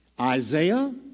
Isaiah